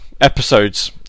episodes